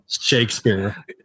Shakespeare